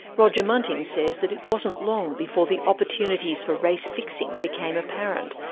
roger munting says that it wasn't long before the opportunities for race fixing became apparent,